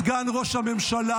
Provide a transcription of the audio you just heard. סגן ראש הממשלה,